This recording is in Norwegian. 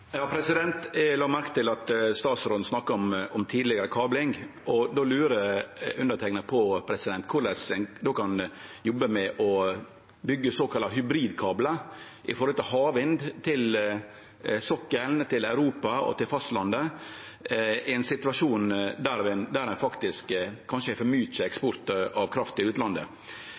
Eg la merke til at statsråden snakka om tidlegare kabling, og då lurer underteikna på korleis ein då kan jobbe med å byggje såkalla hybridkablar, når det gjeld havvind, til sokkelen, til Europa og til fastlandet i ein situasjon der ein faktisk kanskje har for mykje eksport av kraft til utlandet.